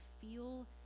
feel